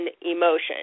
emotion